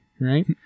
right